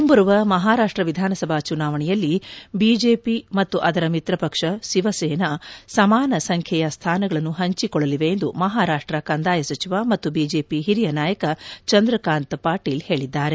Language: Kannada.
ಮುಂಬರುವ ಮಹಾರಾಷ್ಟ್ ವಿಧಾನಸಭಾ ಚುನಾವಣೆಯಲ್ಲಿ ಬಿಜೆಪಿ ಮತ್ತು ಅದರ ಮಿತ್ರ ಪಕ್ಷ ಶಿವಸೇನಾ ಸಮಾನ ಸಂಖ್ಯೆಯ ಸ್ಥಾನಗಳನ್ನು ಹಂಚಿಕೊಳ್ಳಲಿವೆ ಎಂದು ಮಹಾರಾಷ್ಟ ಕಂದಾಯ ಸಚಿವ ಮತ್ತು ಬಿಜೆಪಿ ಹಿರಿಯ ನಾಯಕ ಚಂದ್ರಕಾಂತ್ ಪಾಟೀಲ್ ಹೇಳಿದ್ದಾರೆ